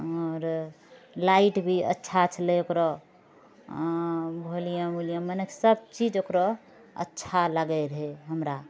आओर लाइट भी अच्छा छलै ओकरो वोल्युम भोल्युम मने सभ चीज ओकरो अच्छा लगै रहै हमरा